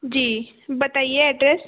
जी बताइए अड्रेस